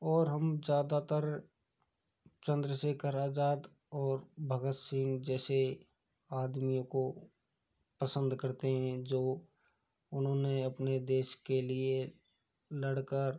और हम ज़्यादातर चंद्रशेखर आज़ाद और भगत सिंह जैसे आदमियों को पसंद करते हैं जो उन्होंने अपने देश के लिए लड़ कर